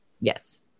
Yes